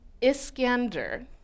Iskander